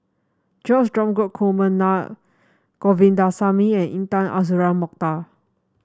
George Dromgold Coleman Naa Govindasamy and Intan Azura Mokhtar